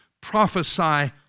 prophesy